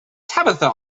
tabitha